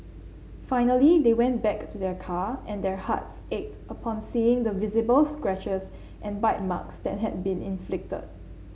finally they went back to their car and their hearts ached upon seeing the visible scratches and bite marks that had been inflicted